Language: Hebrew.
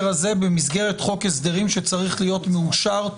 הזה במסגרת חוק הסדרים שצריך להיות מאושר.